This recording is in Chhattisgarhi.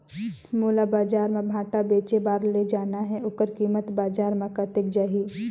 मोला बजार मां भांटा बेचे बार ले जाना हे ओकर कीमत बजार मां कतेक जाही?